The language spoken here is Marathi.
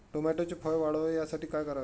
टोमॅटोचे फळ वाढावे यासाठी काय करावे?